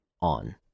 on